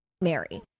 Mary